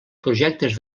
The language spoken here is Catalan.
projectes